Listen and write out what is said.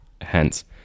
hence